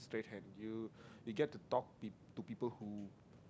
straight hand you you get to talk pe~ to people who